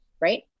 right